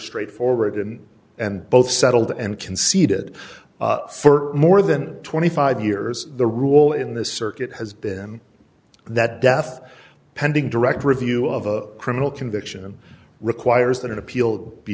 straightforward and and both settled and conceded for more than twenty five years the rule in this circuit has been that death pending direct review of a criminal conviction requires that an appeal be